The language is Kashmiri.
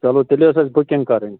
چلو تیٚلہِ ٲس اَسہِ بُکِنٛگ کَرٕنۍ